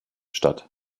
statt